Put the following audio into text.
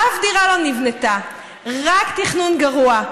אף דירה לא נבנתה, רק תכנון גרוע.